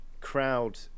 crowd